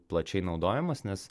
plačiai naudojamas nes